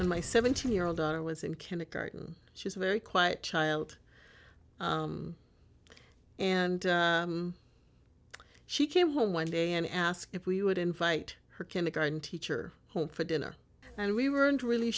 on my seventeen year old daughter was in kindergarten she was very quiet child and she came home one day and asked if we would invite her kindergarten teacher home for dinner and we weren't really